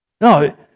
No